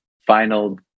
final